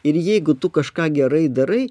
ir jeigu tu kažką gerai darai